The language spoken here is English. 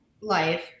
life